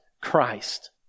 Christ